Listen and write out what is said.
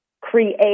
create